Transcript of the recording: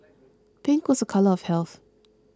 pink was a colour of health